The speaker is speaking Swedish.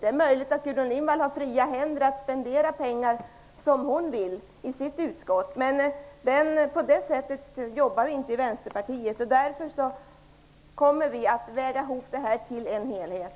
Det är möjligt att Gudrun Lindvall i sitt utskott har fria händer att spendera pengar som hon vill. På det sättet jobbar inte vi i Vänsterpartiet. Därför kommer vi att väga samman dessa saker till en helhet.